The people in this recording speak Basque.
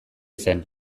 zen